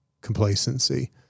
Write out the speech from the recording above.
complacency